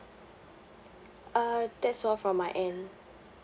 uh that's all from my end